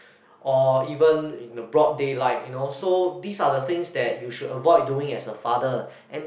or even in the broad daylight you know so these are the things you that should avoid doing as a father and